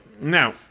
Now